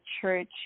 church